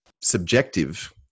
subjective